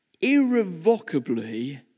irrevocably